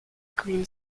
green